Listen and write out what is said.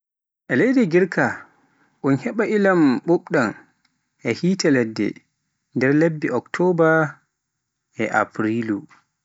E leydi Girka un heba ilam ɓuuɓɗam e yiite ladde nder lebbi oktoba e afrilu.